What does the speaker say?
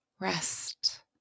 rest